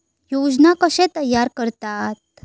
योजना कशे तयार करतात?